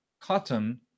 cotton